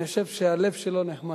אני חושב שהלב שלו נחמץ.